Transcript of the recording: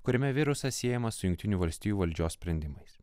kuriame virusas siejamas su jungtinių valstijų valdžios sprendimais